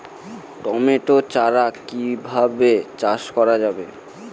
Tomato চারা কিভাবে চাষ করা যাবে?